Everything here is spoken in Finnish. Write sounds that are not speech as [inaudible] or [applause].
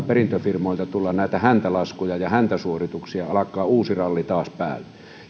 [unintelligible] perintäfirmoilta tulla näitä häntälaskuja ja häntäsuorituksia alkaa taas uusi ralli